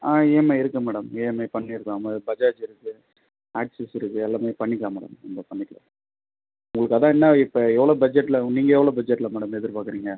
ஆ EMI இருக்கு madam EMI பண்ணிருக்காங்க பஜாஜ் இருக்கு ஆக்ஸிஸ் இருக்கு எல்லாமே பண்ணிக்கலாம் மேடம் இங்கே பண்ணிக்கலாம் உங்களுக்கு அதான் என்ன இப்போ எவ்வளோ பட்ஜெட்டில் நீங்கள் எவ்வளோ பட்ஜெட்டில் மேடம் எதிர் பார்க்கறீங்க